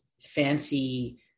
fancy